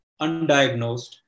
undiagnosed